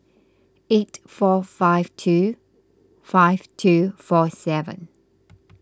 eight four five two five two four seven